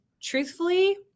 truthfully